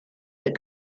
that